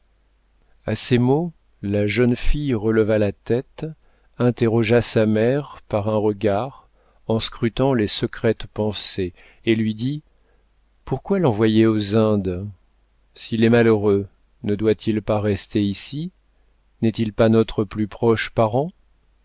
a ces mots la jeune fille releva la tête interrogea sa mère par un regard en scruta les secrètes pensées et lui dit pourquoi l'envoyer aux indes s'il est malheureux ne doit-il pas rester ici n'est-il pas notre plus proche parent